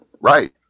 Right